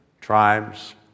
tribes